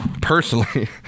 personally